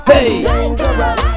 Dangerous